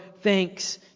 thanks